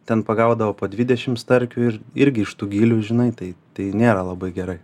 ten pagaudavo po dvidešim starkių ir irgi iš tų gylių žinai tai tai nėra labai gerai